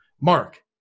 Mark